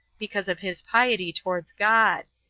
because of his piety towards god.